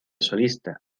solista